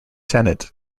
senate